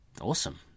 awesome